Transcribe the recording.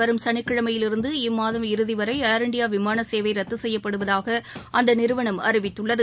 வரும் சனிக்கிழமையிலிருந்து இம்மாதம் இறுதி வரை ஏர் இண்டியா விமான சேவை ரத்து செய்யப்படுவதாக அந்த நிறுவனம் அறிவித்துள்ளது